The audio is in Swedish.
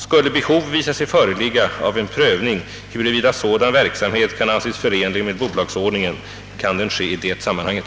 Skulle behov visa sig föreligga av en prövning huruvida sådan verksamhet kan anses förenlig med bolagsordningen kan den ske i det sammanhanget.